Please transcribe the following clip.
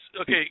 okay